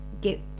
get